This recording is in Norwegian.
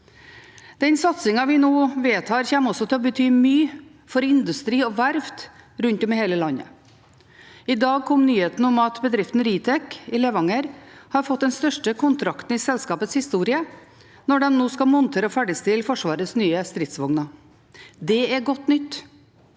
Den satsingen vi nå vedtar, kommer også til å bety mye for industri og verft rundt om i hele landet. I dag kom nyheten om at bedriften Ritek i Levanger har fått den største kontrakten i selskapets historie når de nå skal montere og ferdigstille Forsvarets nye stridsvogner. Det er godt nytt.